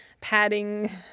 padding